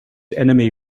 enemy